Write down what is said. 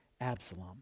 Absalom